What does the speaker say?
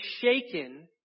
shaken